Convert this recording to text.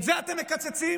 את זה אתם מקצצים?